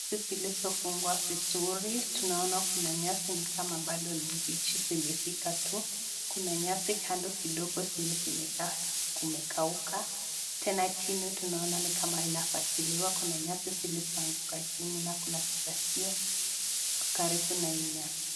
Hizi zilizofungwa vizuri. Tunaona kuna nyasi ni kama bado ni mbichi zimefika juu. Kuna nyasi kando kidogo zenye zimekauka. Tena chini tunaona ni kama kunafagiliwa tunaona kuna nyasi zilizoanguka chini, tene kuna kifagio karibu na hii nyasi.